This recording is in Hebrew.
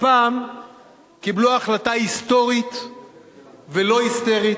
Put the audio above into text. הפעם קיבלו החלטה היסטורית ולא היסטרית.